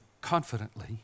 confidently